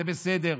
זה בסדר.